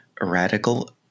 Radical